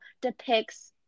depicts